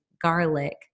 garlic